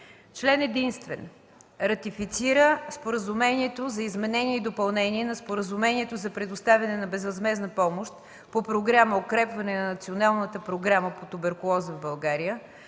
Член единствен. Ратифицира Споразумението за изменение и допълнение на Споразумението за предоставяне на безвъзмездна помощ по Програма „Укрепване на националната програма по туберкулоза в България”